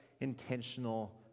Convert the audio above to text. intentional